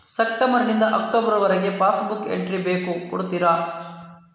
September ನಿಂದ October ವರಗೆ passbook entry ಬೇಕು ಕೊಡುತ್ತೀರಾ?